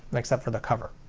except for the cover.